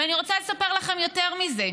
ואני רוצה לספר לכם יותר מזה: